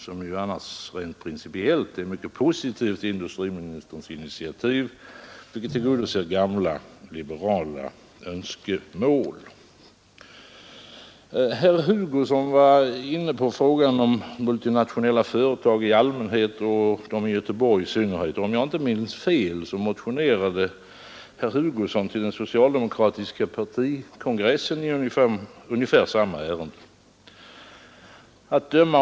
Jag är annars rent principiellt mycket positiv till industriministerns initiativ, vilket tillgodoser gamla liberala önskemål. Herr Hugosson var inne på frågan om multinationella företag i allmänhet och de i Göteborg i synnerhet. Om jag inte minns fel motionerade herr Hugosson till den socialdemokratiska partikongressen i ungefär samma ärende.